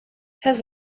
has